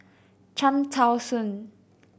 Cham Tao Soon